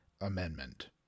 Amendment